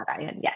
Yes